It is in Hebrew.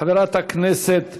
חברת הכנסת